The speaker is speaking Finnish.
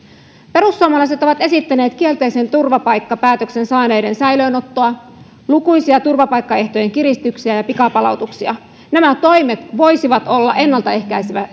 perussuomalaiset ovat esittäneet kielteisen turvapaikkapäätöksen saaneiden säilöönottoa lukuisia turvapaikkaehtojen kiristyksiä ja pikapalautuksia nämä toimet voisivat olla ennaltaehkäiseviä